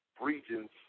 regions